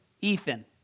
Ethan